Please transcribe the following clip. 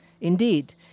Indeed